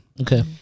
Okay